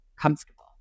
comfortable